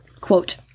quote